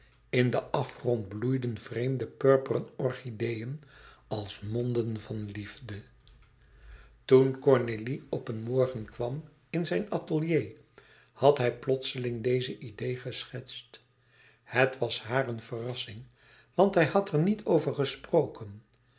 in den afgrond bloeiden vreemde purperen orchideeën als monden van liefde toen cornélie op een morgen kwam in zijn atelier had hij plotseling deze idee geschetst het was haar een verrassing want hij had er haar niet over gesproken